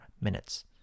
minutes